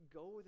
go